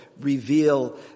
reveal